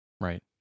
right